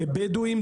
בדווים,